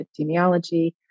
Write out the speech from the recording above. epidemiology